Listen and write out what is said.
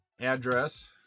address